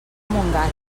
montgat